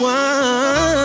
one